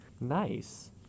nice